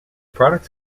products